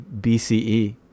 BCE